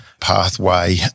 pathway